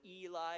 Eli